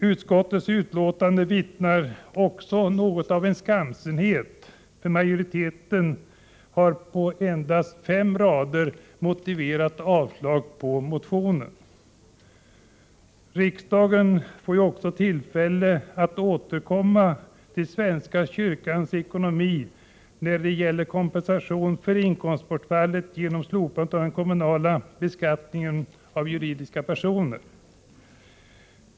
Utskottets betänkande vittnar om något av en skamsenhet, för majoriteten har på endast fem rader motiverat avslag på motionen. Riksdagen har tillfälle att återkomma till frågan om svenska kyrkans ekonomi i samband med behandlingen av kompensationen för inkomstbortfallet på grund av slopandet av den kommunala beskattningen av juridiska personer.